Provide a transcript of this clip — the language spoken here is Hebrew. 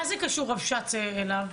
מה זה קשור רבש"ץ אליו?